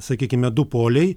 sakykime du poliai